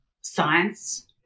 science